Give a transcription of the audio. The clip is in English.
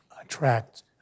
attract